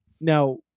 now